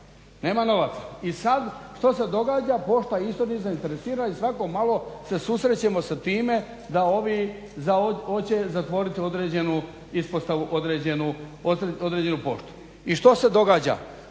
nema novaca i sad što se događa? Pošta isto nije zainteresirana i svako malo se susrećemo sa time da ovi hoće zatvorit određenu ispostavu, određenu poštu. I što se događa,